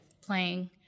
playing